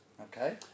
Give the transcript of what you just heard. okay